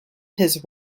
his